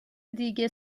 دیگه